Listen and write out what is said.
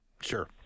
Sure